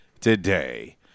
today